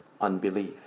unbelief